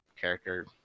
character